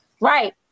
Right